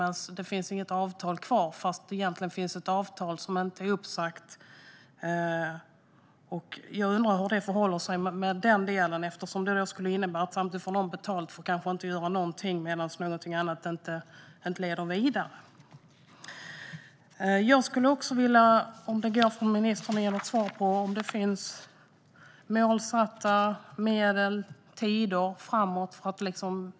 Det sägs att det inte finns något avtal kvar trots att det egentligen finns ett avtal som inte har sagts upp. Jag undrar hur det förhåller sig med den delen eftersom det då skulle innebära att någon samtidigt får betalt för att inte göra någonting medan någonting annat inte leder vidare. Jag skulle också vilja veta om det går att få svar från ministern på om det finns målsatta medel och någon tidsplan för detta framgent.